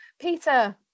Peter